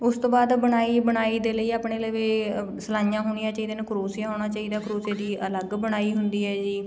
ਉਸ ਤੋਂ ਬਾਅਦ ਬੁਣਾਈ ਬੁਣਾਈ ਦੇ ਲਈ ਆਪਣੇ ਲਈ ਵੀ ਸਿਲਾਈਆਂ ਹੋਣੀਆਂ ਚਾਹੀਦੀਆਂ ਨੇ ਕਰੋਸ਼ੀਆ ਹੋਣਾ ਚਾਹੀਦਾ ਕਰੋਸ਼ੀਏ ਦੀ ਅਲੱਗ ਬੁਣਾਈ ਹੁੰਦੀ ਹੈ ਜੀ